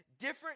Different